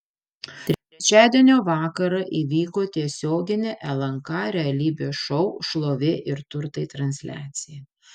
trečiadienio vakarą įvyko tiesioginė lnk realybės šou šlovė ir turtai transliacija